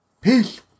Peace